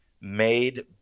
made